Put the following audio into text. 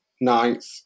ninth